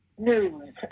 News